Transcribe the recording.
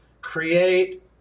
create